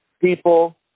People